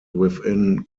within